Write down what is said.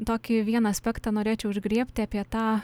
tokį vieną aspektą norėčiau užgriebti apie tą